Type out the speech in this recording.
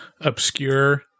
obscure